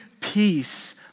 peace